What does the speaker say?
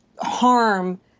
harm